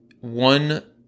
one